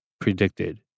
predicted